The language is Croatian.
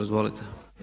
Izvolite.